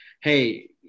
hey